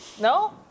no